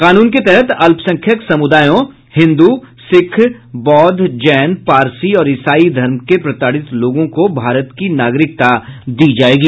कानून के तहत अल्पसंख्यक समुदायों हिन्दू सिख बौद्ध जैन पारसी और ईसाई धर्म के प्रताड़ित लोगों को भारत की नागरिकता दी जाएगी